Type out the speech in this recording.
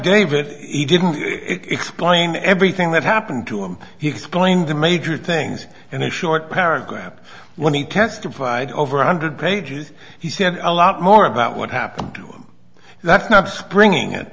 he didn't explain everything that happened to him he explained the major things in the short paragraph when he testified over one hundred pages he said a lot more about what happened to him that's not bringing it